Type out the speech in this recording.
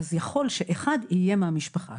אז יכול להיות שאחד יהיה מהמשפחה,